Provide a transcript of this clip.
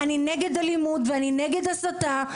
אני נגד אלימות ואני נגד הסתה.